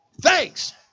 thanks